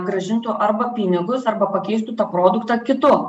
grąžintų arba pinigus arba pakeistų tą produktą kitu